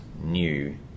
new